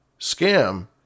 scam